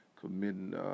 committing